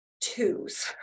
twos